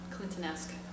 Clinton-esque